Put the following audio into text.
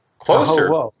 Closer